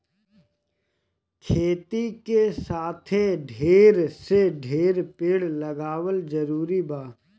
खेती के साथे ढेर से ढेर पेड़ लगावल जरूरी बा